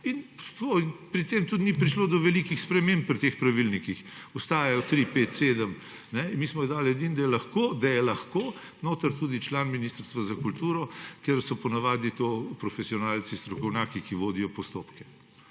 In tudi ni prišlo do velikih sprememb pri teh pravilnikih, ostajajo 3, 5, 7, mi smo dali edino, da je lahko notri tudi član Ministrstva za kulturo, ker so po navadi to profesionalci, strokovnjaki, ki vodijo postopke.